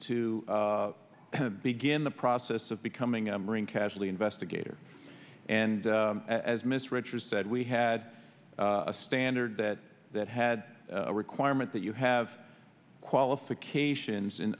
to begin the process of becoming a marine casualty investigator and as mr richards said we had a standard that that had a requirement that you have qualifications in